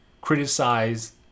criticize